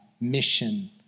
mission